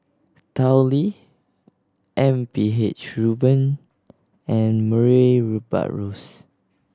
Tao Li M P H Rubin and Murray Buttrose